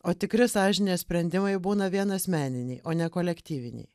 o tikri sąžinės sprendimai būna vien asmeniniai o ne kolektyviniai